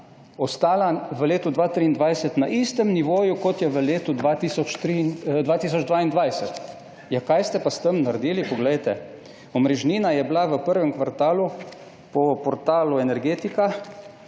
ostala v letu 2023 na istem nivoju, kot je v letu 2022. Kaj ste pa s tem naredili? Poglejte, omrežnina je v prvem kvartalu po portalu Energetika